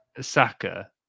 Saka